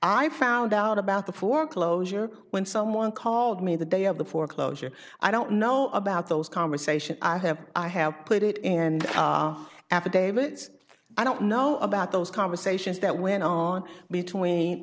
i found out about the foreclosure when someone called me the day of the foreclosure i don't know about those conversations i have i have put it in affidavits i don't know about those conversations that went on between